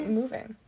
moving